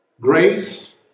Grace